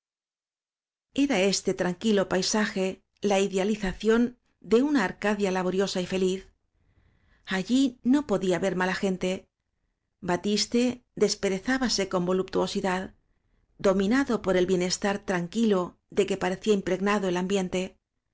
valenciana era este tranquilo paisaje la idealización de una arcadia laboriosa y feliz allí no podía haber mala gente batiste desperezábase con voluptuosidad dominado por el bienestar tranquilo de que parecía impregnado el ambiente